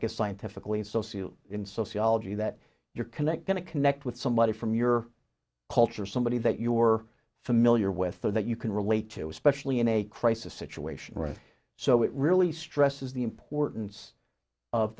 guess scientifically social in sociology that you're connecting to connect with somebody from your culture somebody that you're familiar with that you can relate to especially in a crisis situation right so it really stresses the importance of